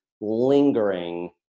lingering